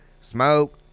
smoke